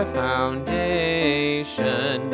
foundation